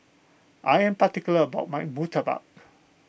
I am particular about my Murtabak